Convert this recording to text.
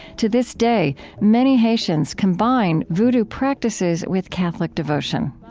to this day, many haitians combine vodou practices with catholic devotion.